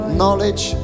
knowledge